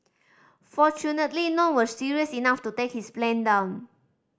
fortunately none were serious enough to take his plane down